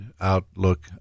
outlook